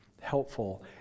helpful